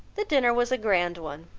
the dinner was a grand one,